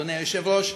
אדוני היושב-ראש.